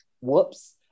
whoops